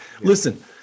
listen